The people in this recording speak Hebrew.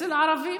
אצל ערבים.